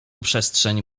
przestrzeń